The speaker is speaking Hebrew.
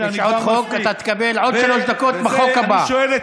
יש עוד חוק, אתה תקבל עוד שלוש דקות בחוק הבא.